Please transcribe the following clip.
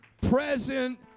present